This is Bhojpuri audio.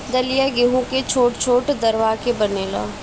दलिया गेंहू के छोट छोट दरवा के बनेला